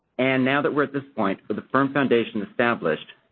and now that we're at this point with a firm foundation established,